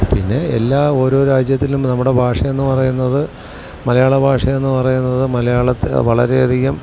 പിന്നെ എല്ലാ ഓരോ രാജ്യത്തിലും നമ്മുടെ ഭാഷയെന്ന് പറയുന്നത് മലയാള ഭാഷയെന്ന് പറയുന്നത് മലയാളത്തെ വളരെ അധികം